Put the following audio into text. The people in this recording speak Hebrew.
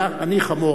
אני חמור.